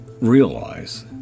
realize